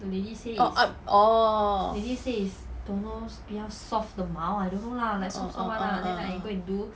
or up orh ah ah ah ah ah